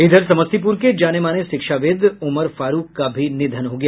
इधर समस्तीपुर के जाने माने शिक्षाविद् उमर फारूख का भी निधन हो गया